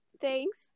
thanks